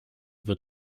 wird